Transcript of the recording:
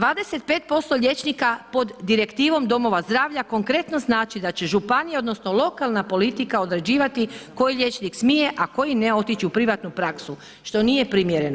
25% liječnika pod direktivom domova zdravlja konkretno znači da će županija, odnosno lokalna politika određivati koji liječnik smije, a koji ne otići u privatnu praksu, što nije primjereno.